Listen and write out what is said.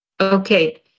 Okay